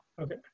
Okay